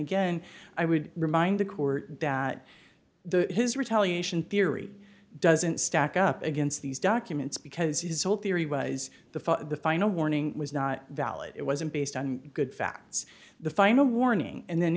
again i would remind the court that the his retaliation theory doesn't stack up against these documents because his whole theory was the final warning was not valid it wasn't based on good facts the final warning and then